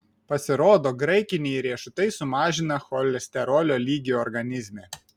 pasirodo graikiniai riešutai sumažina cholesterolio lygį organizme